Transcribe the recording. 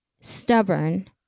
stubborn